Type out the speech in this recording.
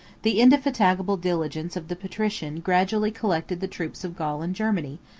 the indefatigable diligence of the patrician gradually collected the troops of gaul and germany,